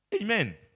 Amen